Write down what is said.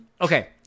Okay